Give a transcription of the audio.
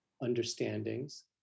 understandings